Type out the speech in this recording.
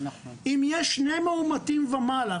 אם יש שני מאומתים ומעלה,